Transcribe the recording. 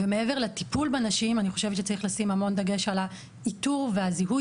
מעבר לטיפול בנשים אני חושבת שצריך לשים המון דגש על האיתור והזיהוי